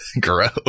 gross